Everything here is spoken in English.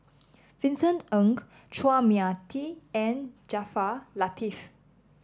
Vincent Ng Chua Mia Tee and Jaafar Latiff